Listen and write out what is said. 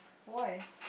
why